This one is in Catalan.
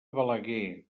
balaguer